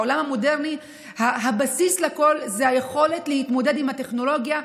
בעולם המודרני הבסיס לכול הוא היכולת להתמודד עם הטכנולוגיה,